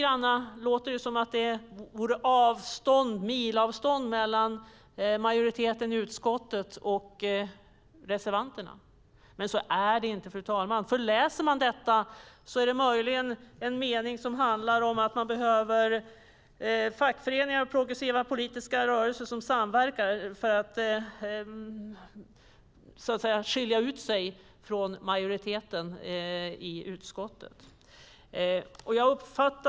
Det kan låta som om det vore stora avstånd mellan majoriteten i utskottet och reservanterna, men så är det inte. Det finns en mening som handlar om att man behöver fackföreningar och progressiva politiska rörelser som samverkar; där skiljer sig möjligen reservanterna från majoriteten i utskottet.